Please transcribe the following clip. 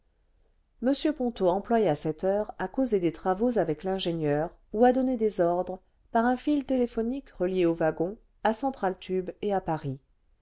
m ponto employa cette heure à causer des travaux avec l'ingénieur ou à donner des ordres par un fil téléphonique relié au wagon à centraltube et à paris